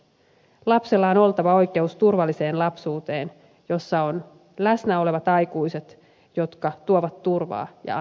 lapsella on oltava oikeus turvalliseen lapsuuteen jossa on läsnä olevat aikuiset jotka tuovat turvaa ja antavat rajoja